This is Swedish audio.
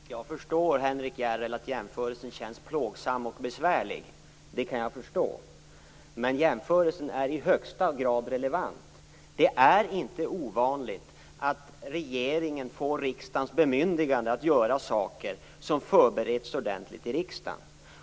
Fru talman! Jag förstår, Henrik Järrel, att jämförelsen känns plågsam och besvärlig. Den är dock i högsta grad relevant. Det är inte ovanligt att regeringen får riksdagens bemyndigande att göra saker som förberetts ordentligt i riksdagen.